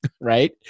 right